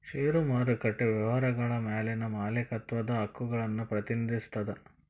ಷೇರು ಮಾರುಕಟ್ಟೆ ವ್ಯವಹಾರಗಳ ಮ್ಯಾಲಿನ ಮಾಲೇಕತ್ವದ ಹಕ್ಕುಗಳನ್ನ ಪ್ರತಿನಿಧಿಸ್ತದ